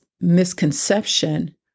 misconception